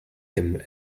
them